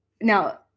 Now